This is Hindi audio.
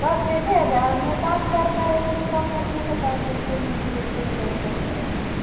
बस एक ही हज़ार मैं पाँच हज़ार कह रही हूँ कम करने के साफ़ बोलती हो कि मैं एक ही हज़ार कम करूँगी